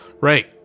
Right